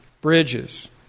bridges